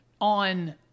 on